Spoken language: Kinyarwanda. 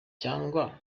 cyangwa